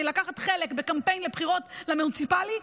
לקחת חלק בקמפיין לבחירות למוניציפלי,